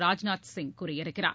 ராஜ்நாத் சிங் கூறியிருக்கிறார்